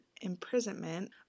imprisonment